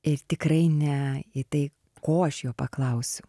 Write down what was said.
ir tikrai ne į tai ko aš jo paklausiu